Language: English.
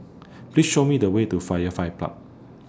Please Show Me The Way to Firefly Park